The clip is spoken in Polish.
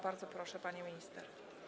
Bardzo proszę, pani minister.